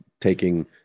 taking